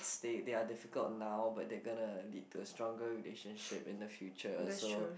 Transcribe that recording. they they are difficult now but they gonna lead to a stronger relationship in the future so